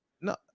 no